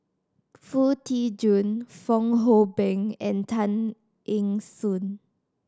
Foo Tee Jun Fong Hoe Beng and Tan Eng Soon